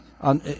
on